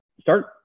start